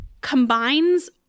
combines